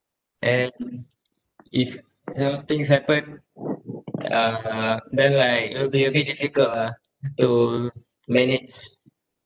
and if you know things happen uh then like will be a bit difficult lah to manage